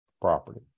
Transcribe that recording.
property